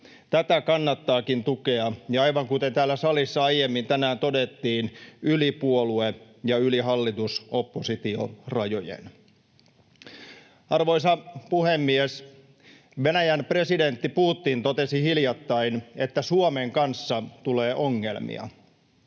Tätä kannattaakin tukea, ja aivan kuten täällä salissa aiemmin tänään todettiin, yli puolue- ja yli hallitus—oppositio-rajojen. Arvoisa puhemies! Venäjän presidentti Putin totesi hiljattain, että Suomen kanssa tulee ongelmia.